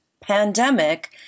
pandemic